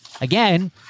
Again